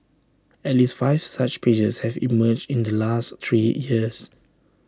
at least five such pages have emerged in the last three years